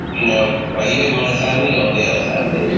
you know are you in my family or the other family?